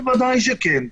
בוודאי שכן.